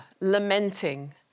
lamenting